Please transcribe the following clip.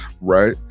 right